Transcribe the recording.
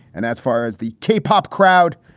and as far as the k pop crowd.